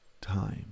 time